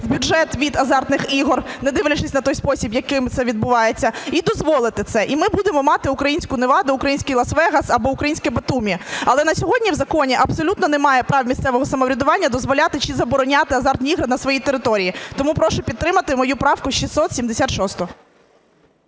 в бюджет від азартних ігор, не дивлячись на той спосіб, яким це відбувається, і дозволити це. І ми будемо мати українську Неваду, український Лас-Вегас або українське Батумі. Але на сьогодні в законі абсолютно немає прав місцевого самоврядування дозволяти чи забороняти азартні ігри на своїй території. Тому прошу підтримати мою правку 676.